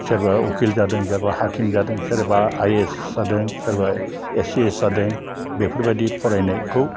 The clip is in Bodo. सोरबा उखिल जादों सोरबा हाखिम जादों सोरबा आइ ए एस जादों सोरबाया ए सि एस जादों बेफोरबायदि फरायनायखौ